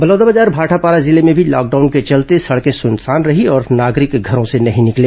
बलौदाबाजार भाटापारा जिले में भी लॉकडाउन के चलत सड़के सुनसान रही और नागरिक घरों से नहीं निकले